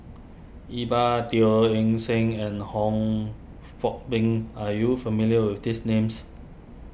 Iqbal Teo Eng Seng and Hong Fong Beng are you familiar with these names